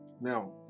Now